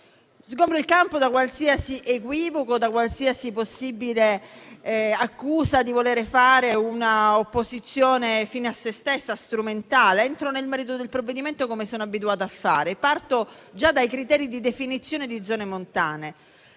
Sgombero il campo da qualsiasi equivoco e possibile accusa di voler fare un'opposizione fine a se stessa e strumentale ed entro nel merito del provvedimento, come sono abituata a fare. Parto dai criteri di definizione di zone montane.